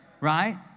right